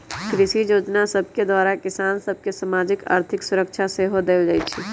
कृषि जोजना सभके द्वारा किसान सभ के सामाजिक, आर्थिक सुरक्षा सेहो देल जाइ छइ